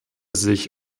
sich